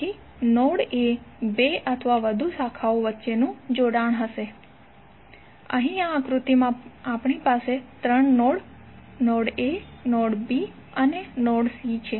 તેથી નોડ એ બે અથવા વધુ શાખાઓ વચ્ચેનું જોડાણ હશે અહીં આ આકૃતિમાં આપણી પાસે ત્રણ node node a node b અને નોડ c છે